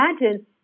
imagine